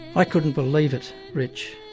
i couldn't believe it, rich.